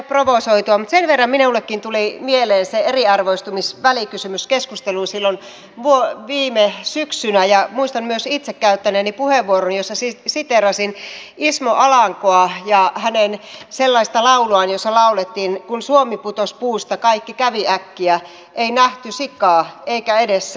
mutta sen verran minullekin tuli mieleen se eriarvoistumisvälikysymyskeskustelu silloin viime syksynä että muistan myös itse käyttäneeni puheenvuoron jossa siteerasin ismo alankoa ja hänen lauluaan jossa laulettiin että kun suomi putos puusta kaikki kävi äkkiä ei nähty sikaa eikä edes säkkiä